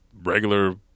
regular